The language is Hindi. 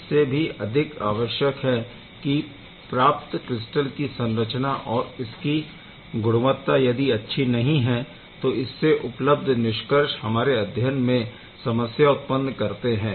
इससे भी अधिक आवश्यक है कि प्राप्त क्रिस्टल की संरचना और इसकी गुणवत्ता यदि अच्छी नहीं है तो इससे उपलब्ध निष्कर्ष हमारे अध्ययन में समस्या उत्पन्न करते है